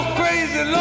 crazy